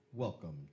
Welcome